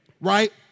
Right